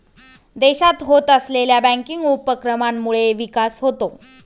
देशात होत असलेल्या बँकिंग उपक्रमांमुळे विकास होतो